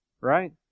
right